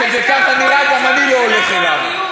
כשזה ככה נראה, גם אני לא הולך אליו.